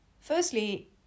Firstly